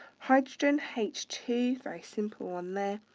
hydrogen, h two, very simple one there.